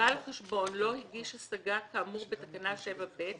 שבעל חשבון לא הגיש השגה כאמור בתקנה 7(ב)